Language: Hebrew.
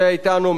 שהיה אתנו,